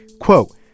Quote